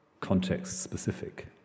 context-specific